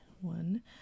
one